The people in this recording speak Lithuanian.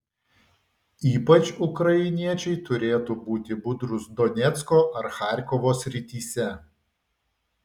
ypač ukrainiečiai turėtų būti budrūs donecko ar charkovo srityse